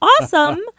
awesome